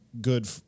good